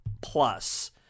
plus